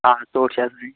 آ ژوٚٹ چھِ